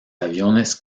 aviones